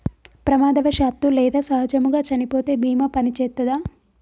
ప్రమాదవశాత్తు లేదా సహజముగా చనిపోతే బీమా పనిచేత్తదా?